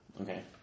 Okay